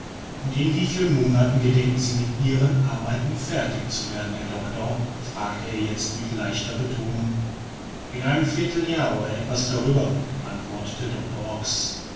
und in wie viel monaten gedenken sie mit ihren arbeiten fertig zu werden herr doctor fragte er jetzt mit leichter betonung in einem vierteljahr oder etwas darüber antwortete doctor ox